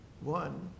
One